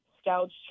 scouts